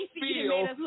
feel